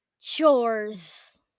Chores